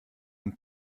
und